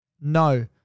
No